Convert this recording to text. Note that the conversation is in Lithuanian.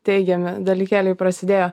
teigiami dalykėliai prasidėjo